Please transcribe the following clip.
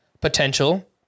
potential